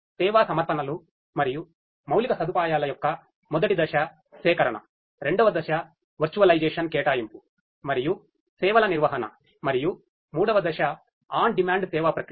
సేవా సమర్పణలు మరియు మౌలిక సదుపాయాల యొక్క మొదటి దశ సేకరణ రెండవ దశ వర్చువలైజేషన్ కేటాయింపు మరియు సేవల నిర్వహణ మరియు మూడవ దశ ఆన్ డిమాండ్ సేవా ప్రక్రియ